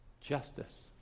Justice